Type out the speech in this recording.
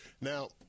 Now